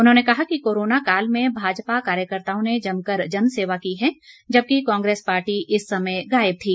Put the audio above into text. उन्होंने कहा कि कारोनो काल में भाजपा कार्यकर्ताओं ने जमकर जन सेवा की है जबकि कांग्रेस पार्टी इस समय गायब थी